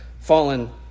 fallen